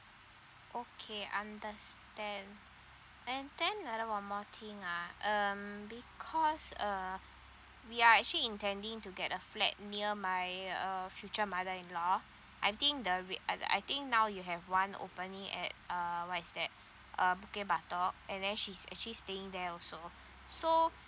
okay understand and then another one more thing ah um because uh we are actually intending to get a flat near my uh future mother in law I think there'll be I I think now you have one opening at uh what is that uh bukit batok and then she's actually staying there also so